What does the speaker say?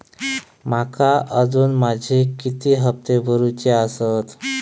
माका अजून माझे किती हप्ते भरूचे आसत?